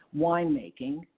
winemaking